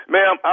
Ma'am